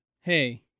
Hey